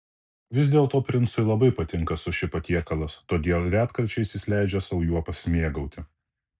vis dėlto princui labai patinka suši patiekalas todėl retkarčiais jis leidžia sau juo pasimėgauti